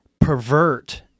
pervert